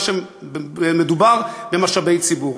מה גם שמדובר במשאבי ציבור.